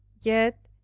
yet,